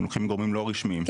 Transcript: הם לוקחים מגורמים לא רשמיים.